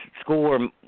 school